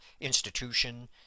institution